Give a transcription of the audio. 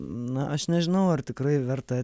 na aš nežinau ar tikrai verta